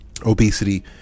obesity